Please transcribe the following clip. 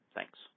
Thanks